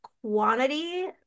quantity